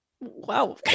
Wow